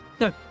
No